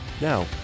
Now